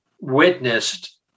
witnessed